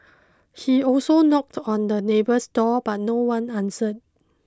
he also knocked on the neighbour's door but no one answered